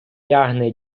тягне